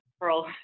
Pearl